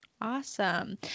Awesome